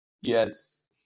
Yes